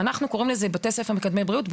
ואנחנו קוראים לזה: ׳בתי ספר מקדמי בריאות׳,